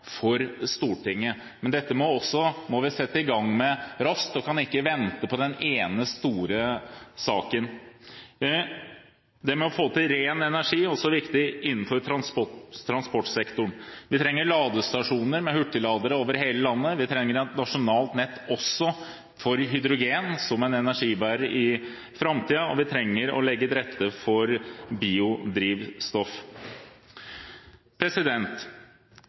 for Stortinget. Men dette må vi sette i gang med raskt, og vi kan ikke vente på den ene store saken. Å få til ren energi er også viktig innenfor transportsektoren. Vi trenger ladestasjoner med hurtigladere over hele landet, vi trenger også et nasjonalt nett for hydrogen som energibærer i framtiden, og vi trenger å legge til rette for biodrivstoff.